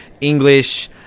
English